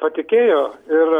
patikėjo ir